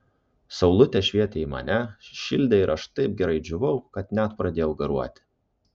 saulutė švietė į mane šildė ir aš taip gerai džiūvau kad net pradėjau garuoti